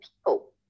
people